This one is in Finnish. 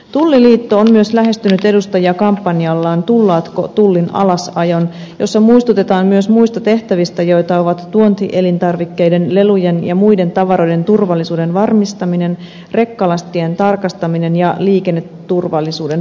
tulliliitto on myös lähestynyt edustajia kampanjallaan tullaatko tullin alasajon jossa muistutetaan myös muista tehtävistä joita ovat tuontielintarvikkeiden lelujen ja muiden tavaroiden turvallisuuden varmistaminen rekkalastien tarkastaminen ja liikenneturvallisuuden varmistaminen